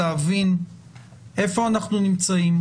להבין איפה אנחנו נמצאים,